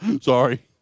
Sorry